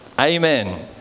Amen